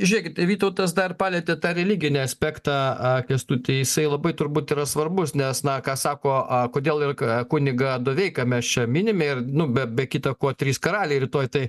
žiūrėkit vytautas dar palietė tą religinį aspektą a kęstuti jisai labai turbūt yra svarbus nes na ką sako a kodėl ir ką kunigą doveiką mes čia minime ir nu be be kita ko trys karaliai rytoj tai